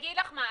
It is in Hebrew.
אני אגיד לך מה,